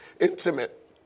intimate